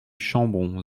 chambon